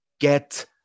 get